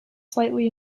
slightly